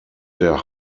der